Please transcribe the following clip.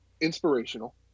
inspirational